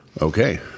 Okay